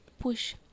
push